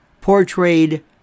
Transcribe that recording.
portrayed